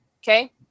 Okay